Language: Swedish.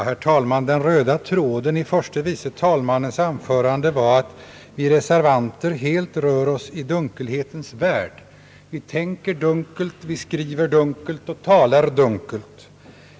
Herr talman! Den röda tråden i herr förste vice talmannens anförande var att vi reservanter helt rör oss i dunkelhetens värld. Vi tänker dunkelt, vi skriver dunkelt och talar dunkelt.